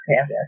Okay